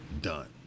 done